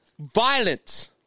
Violence